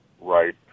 Right